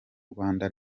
rwanda